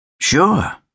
Sure